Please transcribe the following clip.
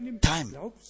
time